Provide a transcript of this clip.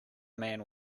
man